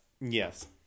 yes